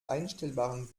einstellbaren